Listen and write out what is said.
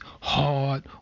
hard